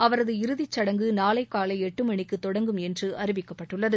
அவரது இறுதிச் சடங்கு நாளை காலை எட்டு மணிக்கு தொடங்கும் என்று அறிவிக்கப்பட்டுள்ளது